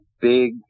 big